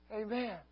Amen